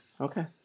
Okay